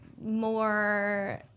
more